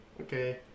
Okay